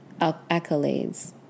accolades